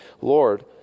Lord